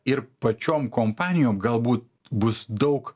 ir pačiom kompanijom galbūt bus daug